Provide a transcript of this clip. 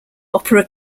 opera